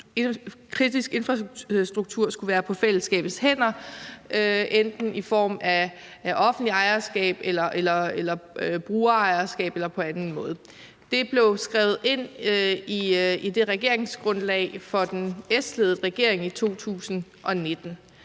at kritisk infrastruktur skulle være på fællesskabets hænder, enten i form af offentligt ejerskab eller brugerejerskab eller på anden måde. Det blev skrevet ind i regeringsgrundlaget for den S-ledede regering i 2019.